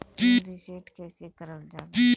Pin reset कईसे करल जाला?